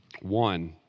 One